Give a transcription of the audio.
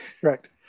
Correct